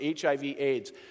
HIV-AIDS